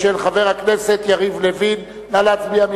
של חבר הכנסת יריב לוין, נא להצביע.